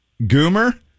Goomer